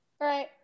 right